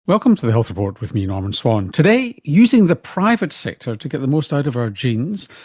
welcome to the health report with me, norman swan. today, using the private sector to get the most out of our genes,